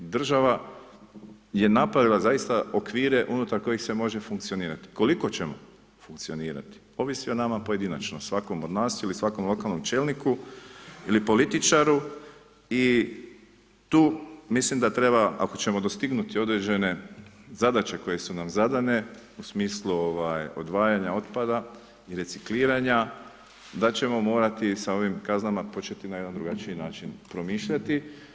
Država je napravila zaista okvire unutar kojih se može funkcionirati, koliko ćemo funkcionirati ovisi o nama pojedinačno, svakom od nas ili svakom lokalnom čelniku ili političaru i tu mislim da treba, ako ćemo dostignuti određene zadaće koje su nam zadane, u smislu ovaj odvajana otpada i recikliranja da ćemo morati sa ovim kaznama početi na jedan drugačiji način promišljati.